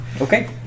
Okay